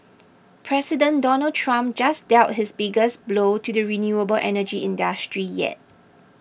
President Donald Trump just dealt his biggest blow to the renewable energy industry yet